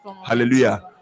hallelujah